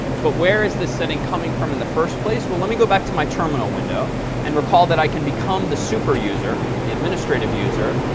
but where is the setting coming form in the first place? well, let me go back to my terminal window and recall that i can become the super-user, the administrative user,